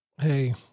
Hey